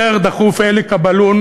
יותר דחוף אלי קובלון